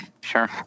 Sure